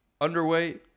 underweight